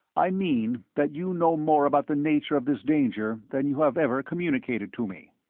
i mean that you know more about the nature of this danger than you have ever communicated to me.